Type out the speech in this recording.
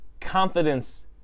confidence